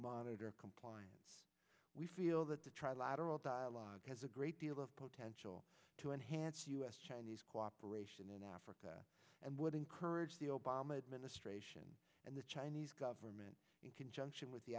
monitor compliance we feel that the trilateral dialogue has a great deal of potential to enhance us chinese cooperation in africa and would encourage the obama administration and the chinese government in conjunction with the